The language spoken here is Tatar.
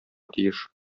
тиеш